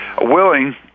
willing